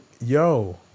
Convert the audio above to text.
yo